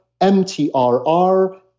MTRR